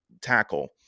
tackle